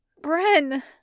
Bren